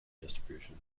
distribution